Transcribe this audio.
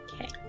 Okay